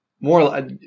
more